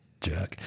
Jerk